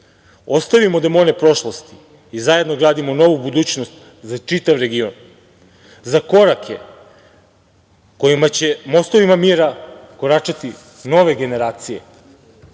Vučić. Ostavimo demone prošlosti i zajedno gradimo novu budućnost za čitav region, za korake, kojima će mostovima mira koračati nove generacije. Ovaj